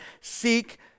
seek